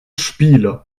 spiele